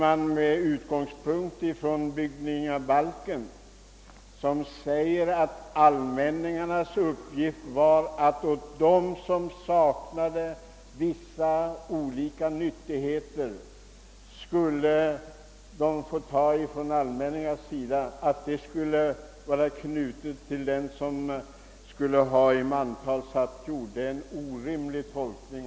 Att med utgångspunkt i byggningabalken, som säger att allmänningarnas uppgift var att tillhandahålla vissa nyttigheter åt dem som saknade sådana, hävda att detta skulle gälla dem som har i mantal satt jord är en orimlig tolkning.